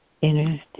inner